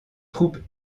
troupes